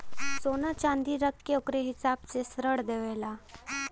सोना च्नादी रख के ओकरे हिसाब से ऋण देवेला